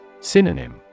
Synonym